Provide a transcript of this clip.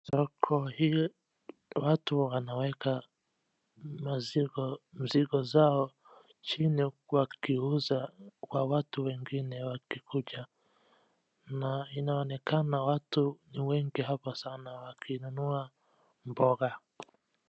Soko hii watu wanaweka mizigo zao chini wakiuza kwa watu wengine wakikuja na inaonekana watu ni wengi hapa sana wakinunua mboga.